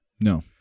No